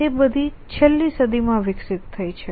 તે બધી છેલ્લી સદીમાં વિકસિત થઇ છે